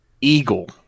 Eagle